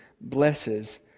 blesses